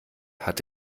hat